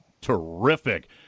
terrific